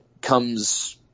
comes